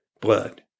blood